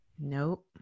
Nope